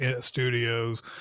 studios